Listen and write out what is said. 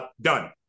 done